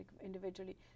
individually